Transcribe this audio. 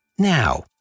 Now